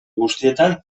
guztietan